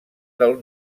del